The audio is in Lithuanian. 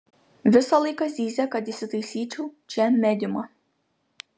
visą laiką zyzia kad įsitaisyčiau čia mediumą